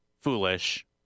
foolish